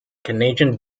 canadian